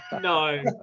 No